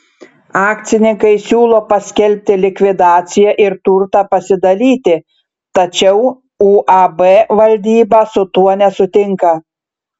akcininkai siūlo paskelbti likvidaciją ir turtą pasidalyti tačiau uab valdyba su tuo nesutinka